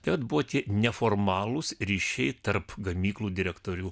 tad buvo neformalūs ryšiai tarp gamyklų direktorių